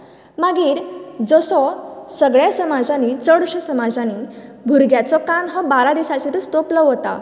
मागीर जसो सगळ्या समाजानी चडश्या समाजानी भुरग्यांचो कान हो बारा दिसांचेरच तोपलो वयता